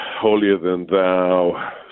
holier-than-thou